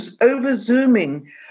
over-zooming